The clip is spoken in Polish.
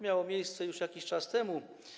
Miało to miejsce już jakiś czas temu.